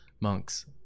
Monks